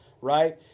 right